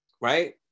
Right